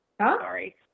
sorry